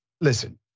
listen